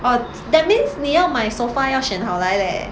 !wah! that means 你要买 sofa 要选好来 leh